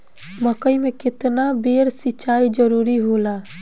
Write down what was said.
मकई मे केतना बेर सीचाई जरूरी होला?